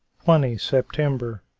twenty september.